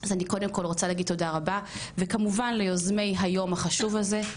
אז אני קודם כל רוצה להגיד תודה רבה וכמובן ליוזמי היום החשוב הזה,